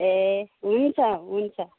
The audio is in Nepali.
ए हुन्छ हुन्छ